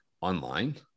online